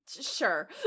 sure